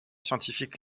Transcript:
scientifique